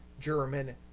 German